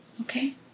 Okay